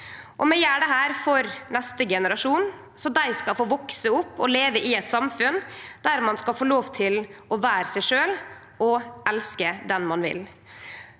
og vi gjer dette for neste generasjon, så dei skal få vekse opp og leve i eit samfunn der ein skal få lov til å vere seg sjølv og elske den ein vil.